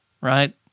right